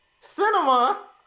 Cinema